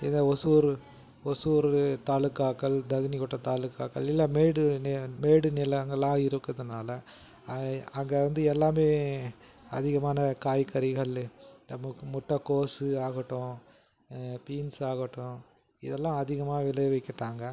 இதே ஒசூரு ஒசூரு தாலுக்காக்கள் தகுணிக்கொட்ட தாலுக்காக்கள் இல்லை மேடு நி மேடு நிலங்களாக இருக்குறதுனால் அங்கே வந்து எல்லாமே அதிகமான காய்கறிகள் நமக்கு முட்டைக்கோஸு ஆகட்டும் பீன்ஸ் ஆகட்டும் இதெல்லாம் அதிகமாக விளைவிக்கிறாங்க